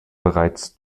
bereits